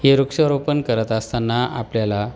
हे वृक्षारोपण करत असताना आपल्याला